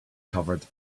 covered